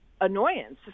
annoyance